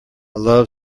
love